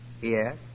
yes